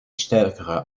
stärkere